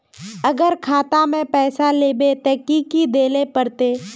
अगर खाता में पैसा लेबे ते की की देल पड़ते?